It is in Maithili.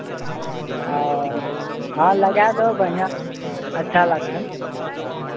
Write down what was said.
हँ हँ लगा दहो बढ़िआँ अच्छा लागतनि